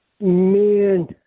Man